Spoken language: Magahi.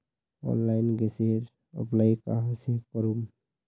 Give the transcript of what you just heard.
ऑनलाइन गैसेर अप्लाई कहाँ से करूम?